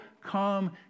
come